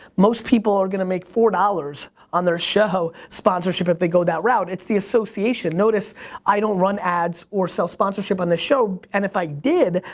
most people are gonna make four dollars on their show sponsorship if they go that route. it's the association, notice i don't run ads or sell sponsorship on this show and if i did,